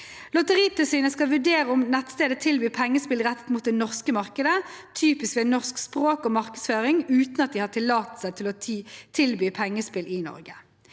Lotteritilsynet skal vurdere om nettstedet tilbyr pengespill rettet mot det norske markedet, typisk ved norsk språk og markedsføring, uten at de har tillatelse til å tilby pengespill i Norge.